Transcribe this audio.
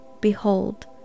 Behold